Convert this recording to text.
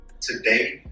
today